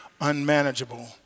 unmanageable